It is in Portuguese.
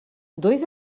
dois